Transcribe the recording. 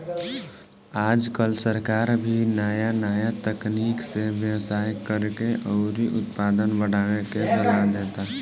आजकल सरकार भी नाया नाया तकनीक से व्यवसाय करेके अउरी उत्पादन बढ़ावे के सालाह देता